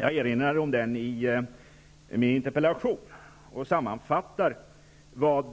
Jag erinrar om den i min interpellation och sammanfattar vad